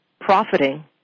profiting